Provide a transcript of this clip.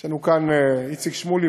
יש לנו כאן איציק שמולי,